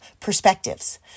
perspectives